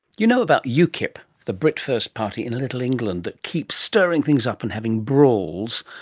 you know about ukip? the britain first party in little england that keeps stirring things up and having brawls?